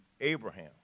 Abraham